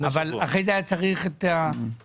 אבל אחרי זה היה צריך את הציבור,